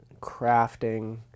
crafting